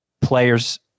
players